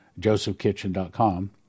josephkitchen.com